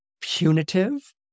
punitive